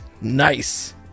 Nice